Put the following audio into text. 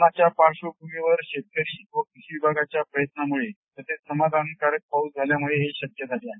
कोरोनाच्या पार्श्वभूमीवर शेतकरी आणि कृषी विभागाच्या प्रयत्नामुळे तसेच समाधान कारक पाऊसमान झाल्यामुळे हे शक्य झाले आहे